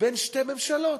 בין שתי ממשלות: